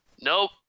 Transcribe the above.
Nope